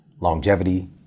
longevity